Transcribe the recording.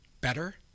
better